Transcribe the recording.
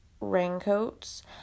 raincoats